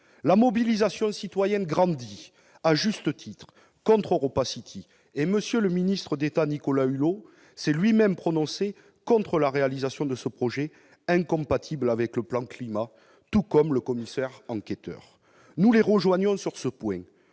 La mobilisation citoyenne grandit, à juste titre, contre EuropaCity et M. le ministre d'État Nicolas Hulot s'est lui-même prononcé contre la réalisation de ce projet -incompatible avec le plan Climat -, tout comme le commissaire enquêteur. Nous les rejoignons sur ce point